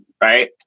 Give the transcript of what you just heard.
right